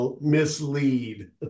mislead